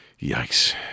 Yikes